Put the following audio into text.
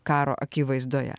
karo akivaizdoje